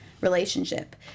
relationship